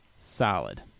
Solid